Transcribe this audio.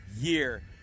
year